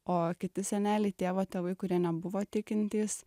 o kiti seneliai tėvo tėvai kurie nebuvo tikintys